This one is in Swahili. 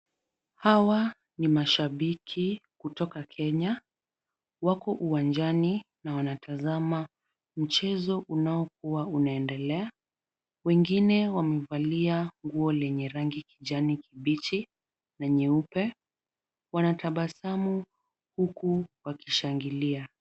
Hawa ni mashabiki kutoka Kenya. Wako uwanjani na wanatazama mchezo unaokuwa unaendelea. Wengine wamevalia nguo lenye rangi kijani kibichi na nyeupe. Wanatabasamu huku wakishangilia.